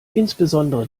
insbesondere